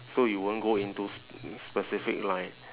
so you won't go into sp~ specific line